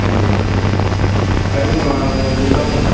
आंजी साढ़ी दुकान कूटामोड़